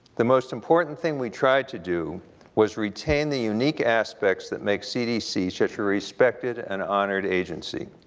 the most important thing we tried to do was retain the unique aspects that make cdc such a respected and honored agency.